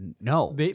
no